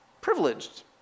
privileged